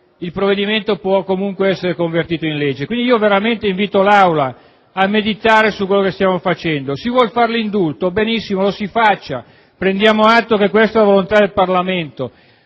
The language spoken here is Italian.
il provvedimento può comunque diventare legge. Veramente, invito l'Aula a meditare su quello che stiamo facendo. Si vuole fare l'indulto, benissimo, lo si faccia, prendiamo atto che questa è la volontà del Parlamento,